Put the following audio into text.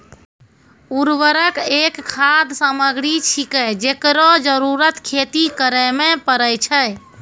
उर्वरक एक खाद सामग्री छिकै, जेकरो जरूरत खेती करै म परै छै